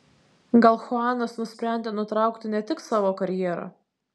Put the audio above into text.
gal chuanas nusprendė nutraukti ne tik savo karjerą